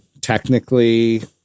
technically